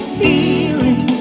feeling